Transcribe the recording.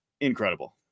incredible